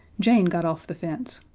jane got off the fence.